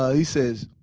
ah he says,